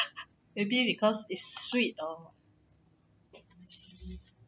maybe because it's sweet or